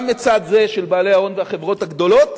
גם מצד זה של בעלי ההון והחברות הגדולות